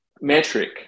metric